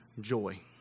joy